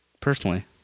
personally